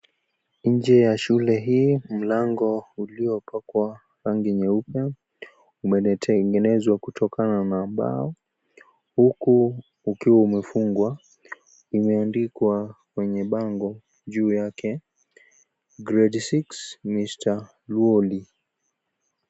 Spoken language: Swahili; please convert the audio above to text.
Nje ya shule hii mlango uliopakwa rangi nyeupe umetengenezwa kutokana na mbao huku ukiwa umefungwa . Imeandikwa kwenye bango juu yake Grade 6.